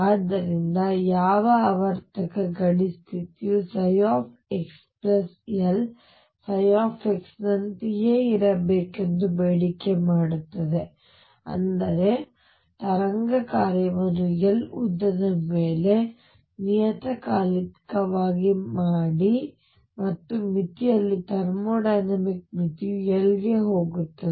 ಆದ್ದರಿಂದ ಯಾವ ಆವರ್ತಕ ಗಡಿ ಸ್ಥಿತಿಯು ψxL ψ ನಂತೆಯೇ ಇರಬೇಕೆಂದು ಬೇಡಿಕೆ ಮಾಡುತ್ತದೆ ಅಂದರೆ ತರಂಗ ಕಾರ್ಯವನ್ನು L ಉದ್ದದ ಮೇಲೆ ನಿಯತಕಾಲಿಕವಾಗಿ ಮಾಡಿ ಮತ್ತು ಮಿತಿಯಲ್ಲಿ ಥರ್ಮೋಡೈನಮಿಕ್ ಮಿತಿಯು L ಗೆ ಹೋಗುತ್ತದೆ